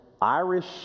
Irish